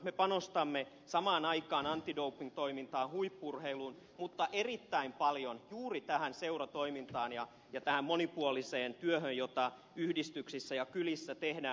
me panostamme samaan aikaan antidopingtoimintaan huippu urheiluun mutta erittäin paljon juuri tähän seuratoimintaan ja tähän monipuoliseen työhön jota yhdistyksissä ja kylissä tehdään